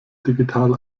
digital